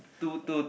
two two